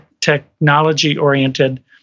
technology-oriented